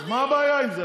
רק לדודי מה הבעיה עם זה?